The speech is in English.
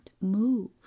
move